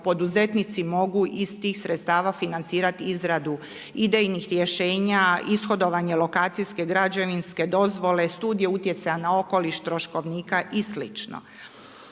poduzetnici mogu iz tih sredstava financirati izradu idejnih rješenja, ishodovanje lokacijske, građevinske dozvole, studije utjecaja na okoliš, troškovnika i